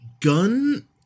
gun